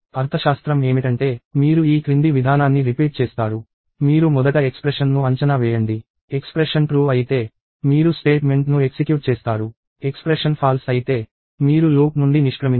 అర్థశాస్త్రం ఏమిటంటే మీరు ఈ క్రింది విధానాన్ని రిపీట్ చేస్తారు మీరు మొదట ఎక్స్ప్రెషన్ ను అంచనా వేయండి ఎక్స్ప్రెషన్ ట్రూ అయితే మీరు స్టేట్మెంట్ ను ఎక్సిక్యూట్ చేస్తారు ఎక్స్ప్రెషన్ ఫాల్స్ అయితే మీరు లూప్ నుండి నిష్క్రమించండి